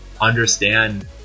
understand